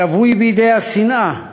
שבוי בידי השנאה,